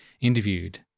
interviewed